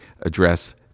address